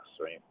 Right